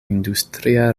industria